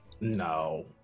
No